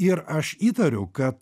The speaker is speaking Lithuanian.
ir aš įtariu kad